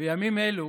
בימים אלו